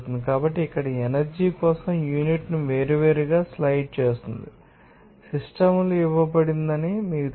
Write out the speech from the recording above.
కాబట్టి ఇక్కడ ఎనర్జీ కోసం యూనిట్ను వేర్వేరుగా స్లైడ్ చేస్తుంది సిస్టమ్ లు ఇవ్వబడిందని మీకు తెలుసు